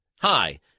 Hi